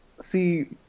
See